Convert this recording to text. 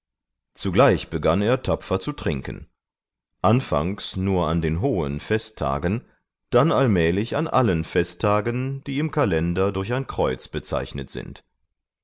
zugleich begann er tapfer zu trinken anfangs nur an den hohen festtagen dann allmählich an allen festtagen die im kalender durch ein kreuz bezeichnet sind